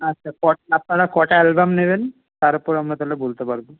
আচ্ছা কটা আপনারা কটা অ্যালবাম নেবেন তার ওপর আমরা তাহলে বলতে পারব